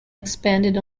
expanded